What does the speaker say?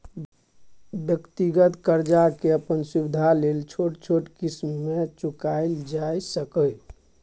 व्यक्तिगत कर्जा के अपन सुविधा लेल छोट छोट क़िस्त में चुकायल जाइ सकेए